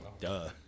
Duh